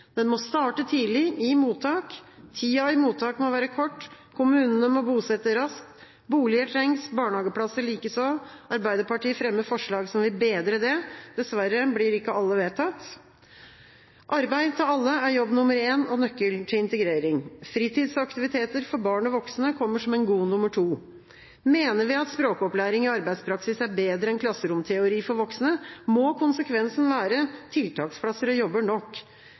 Den må starte tidlig, i mottak. Tida i mottak må være kort. Kommunene må bosette raskt. Boliger trengs, barnehageplasser likeså. Arbeiderpartiet fremmer forslag som vil bedre det, dessverre blir ikke alle vedtatt. Arbeid til alle er jobb nummer én og en nøkkel til integrering. Fritidsaktiviteter for barn og voksne kommer som en god nummer to. Mener vi at språkopplæring i arbeidspraksis er bedre enn klasseromteori for voksne, må konsekvensen være tiltaksplasser og jobber nok.